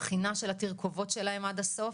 הבחינה של התרכובות שלהם עד הסוף